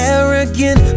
Arrogant